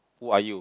who are you